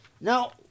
Now